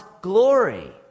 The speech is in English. glory